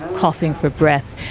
coughing for breath,